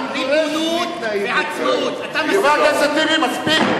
ריבונות ועצמאות, אתה מסכים?